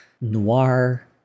noir